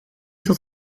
tot